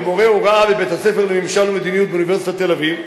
וכמורה הוראה בבית-הספר לממשל ומדיניות באוניברסיטת תל-אביב.